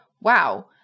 wow